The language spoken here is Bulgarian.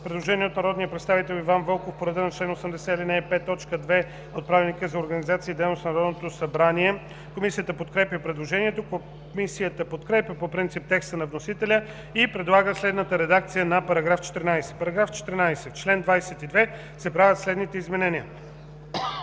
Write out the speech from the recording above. Предложение от народния представител Иван Вълков по реда на чл. 80, ал. 5, т. 2 от Правилника за организацията и дейността на Народното събрание. Комисията подкрепя предложението. Комисията подкрепя по принцип текста на вносителя и предлага следната редакция на § 14: „§ 14. В чл. 22 се правят следните изменения: